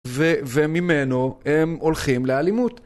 וממנו הם הולכים לאלימות.